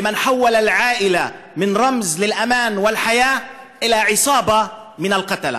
וחרפה לאלה שהפכו את המשפחה מסמל לביטחון וחיים לכנופיה של רוצחים.)